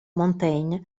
montaigne